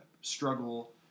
Struggle